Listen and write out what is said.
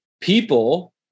people